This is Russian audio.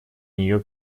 нее